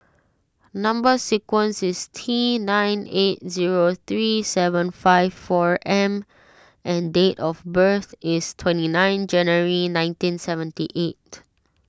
Number Sequence is T nine eight zero three seven five four M and date of birth is twenty nine January nineteen seventy eight